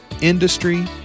industry